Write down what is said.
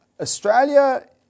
Australia